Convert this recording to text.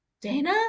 dana